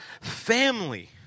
family